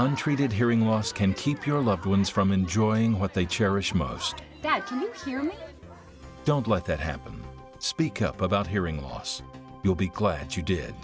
untreated hearing loss can keep your loved ones from enjoying what they cherish most that here don't let that happen speak up about hearing loss you'll be glad you did